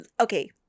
Okay